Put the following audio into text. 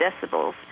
decibels